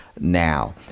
now